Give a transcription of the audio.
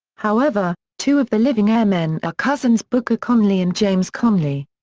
however, two of the living airmen are cousins booker conley and james conley.